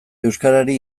euskarari